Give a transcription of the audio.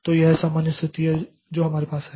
तो यह सामान्य स्थिति है जो हमारे पास है